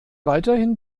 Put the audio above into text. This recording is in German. weiterhin